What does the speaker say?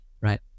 Right